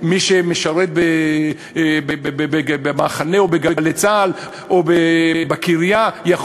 מי שמשרת ב"במחנה" או ב"גלי צה"ל" או בקריה יכול